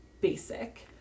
basic